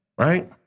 Right